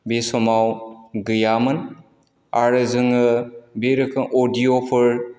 बे समाव गैयामोन आरो जोङो बे रोखोम अडिय'फोर